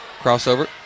Crossover